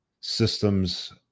systems